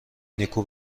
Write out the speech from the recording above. نیکو